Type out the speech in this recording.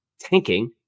tanking